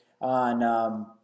on